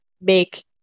make